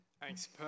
Thanks